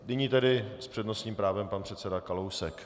Nyní tedy s přednostním právem pan předseda Kalousek.